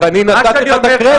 ההפך, נתתי לך את הקרדיט.